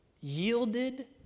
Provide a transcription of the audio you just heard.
yielded